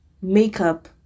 makeup